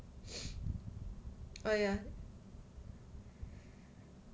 oh ya